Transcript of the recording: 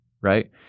right